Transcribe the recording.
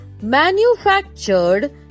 manufactured